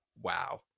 wow